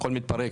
הכול מתפרק,